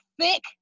thick